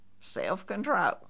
Self-control